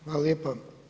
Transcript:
Hvala lijepa.